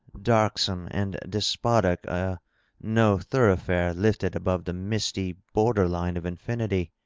darksome and despotic a no thoroughfare' lift ed above the misty border-line of infinity!